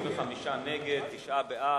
35 נגד, תשעה בעד,